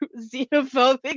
xenophobic